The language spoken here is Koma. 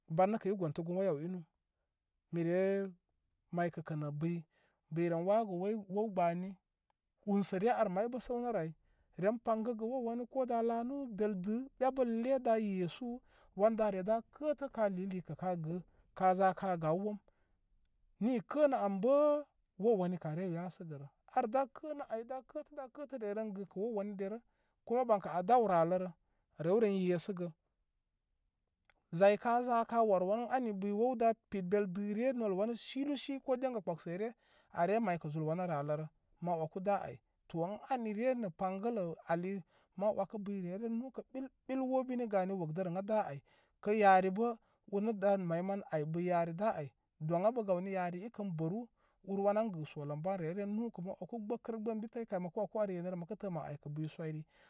Ban nikə i gontə gon wa yaw inu mire maykə kə nə buy buy ren wawəgə wey wəw gbəni unsəre ar sə may bə səwnərə ay ren paygəgə wəw wanu ko daŋ lanu dəl də yabəlle da yisu wan da re da kətə kali likə ka gə ka za ka gaw wom ni kənə am bə wo wanikə are yasəgə rə arda kənə ay da kətə da kətə reren gəkə wo wani derə kuma baŋkə a daw rallərə rew ren yesəgə zay ka za ka war wanən ani buy wow da pit dəl dəre nol wnai shirushi ko dengə pəksəre are maykə zul wanu rə rallərə ma wəku da ay to ən anire paygələ ali ma wəkə buy reren nukə ɓil ɓil wobini ga ni wəkdərənna da ya kə yari bə urnə da may man ay buy yari da ay doŋ abə buy yari ikən bəru ar wan ən gə soləmba reren nukə ma wəku gbəkərgbə ən bi tan kay mə wəku ar yenərə məkə tə mən aykə buy soyri.